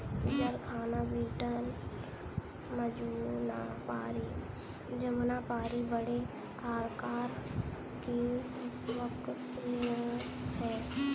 जरखाना बीटल जमुनापारी बड़े आकार की बकरियाँ हैं